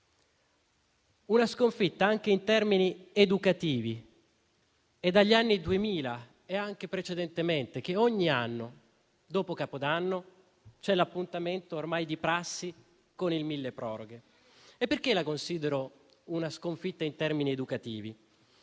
una sconfitta anche in termini educativi. È dagli anni 2000, e anche precedentemente, che ogni anno, dopo capodanno, c'è l'appuntamento ormai di prassi con il decreto milleproroghe. E la considero una sconfitta in termini educativi